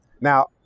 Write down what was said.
Now